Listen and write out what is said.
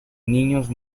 niños